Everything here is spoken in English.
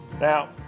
Now